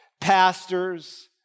pastors